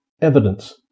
evidence